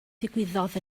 ddigwyddodd